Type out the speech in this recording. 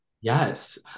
Yes